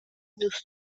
دوست